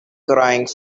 crying